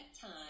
time